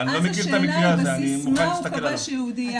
אבל אז השאלה על בסיס מה הוא קבע שהיא יהודייה?